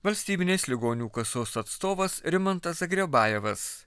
valstybinės ligonių kasos atstovas rimantas zagrebajevas